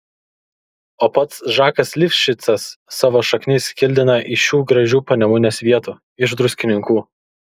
o pats žakas lifšicas savo šaknis kildina iš šių gražių panemunės vietų iš druskininkų